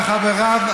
וחבריו,